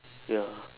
ya